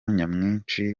nyamwinshi